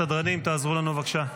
סדרנים, תעזרו לנו, בבקשה.